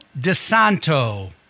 DeSanto